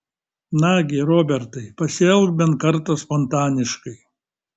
nagi robertai pasielk bent kartą spontaniškai